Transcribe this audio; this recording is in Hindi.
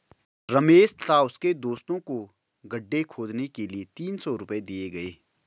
रमेश तथा उसके दोस्तों को गड्ढे खोदने के लिए तीन सौ रूपये दिए गए